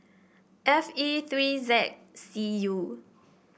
F E three Z C U